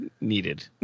needed